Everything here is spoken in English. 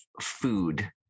food